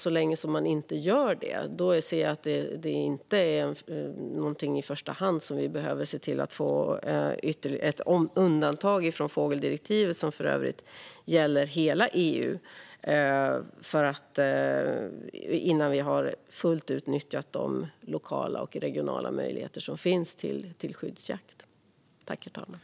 Så länge som man inte gör det behöver vi kanske inte i första hand se till att få ytterligare ett undantag från fågeldirektivet, som för övrigt gäller hela EU. Det ska vi inte göra förrän vi fullt ut har nyttjat de lokala och regionala möjligheter till skyddsjakt som finns.